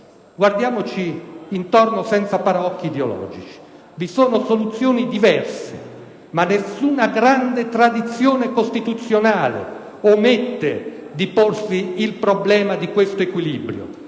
Guardiamoci intorno senza paraocchi ideologici: vi sono soluzioni diverse, ma nessuna grande tradizione costituzionale omette di porsi il problema di questo equilibrio